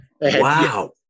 Wow